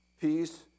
peace